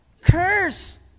curse